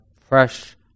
fresh